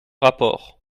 rapport